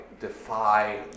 defy